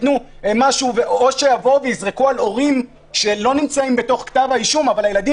או שיזרקו על הורים שלא נמצאים בכתב האישום אבל הילדים